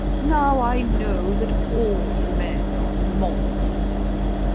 now i know that all men are monsters.